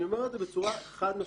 אני אומר את זה בצורה חד משמעית.